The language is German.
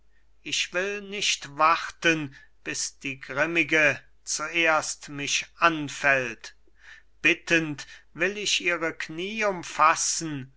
ich will nicht warten bis die grimmige zuerst mich anfällt bittend will ich ihre knie umfassen